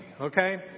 okay